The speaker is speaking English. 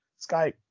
Skype